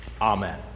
Amen